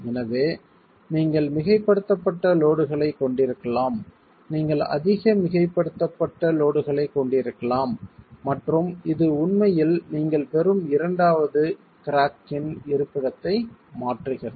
எனவே நீங்கள் மிகைப்படுத்தப்பட்ட லோடுகளைக் கொண்டிருக்கலாம் நீங்கள் அதிக மிகைப்படுத்தப்பட்ட லோடுகளை கொண்டிருக்கலாம் மற்றும் இது உண்மையில் நீங்கள் பெறும் இரண்டாவது கிராக்ன் இருப்பிடத்தை மாற்றுகிறது